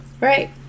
Right